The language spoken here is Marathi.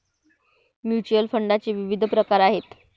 म्युच्युअल फंडाचे विविध प्रकार आहेत